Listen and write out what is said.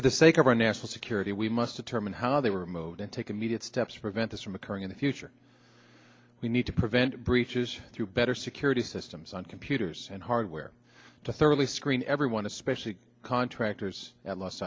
for the sake of our national security we must determine how they were moved and take immediate steps to prevent this from occurring in the future we need to prevent breaches through better security systems on computers and hardware to thoroughly screen everyone especially contractors